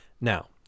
Now